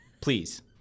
please